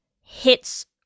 hits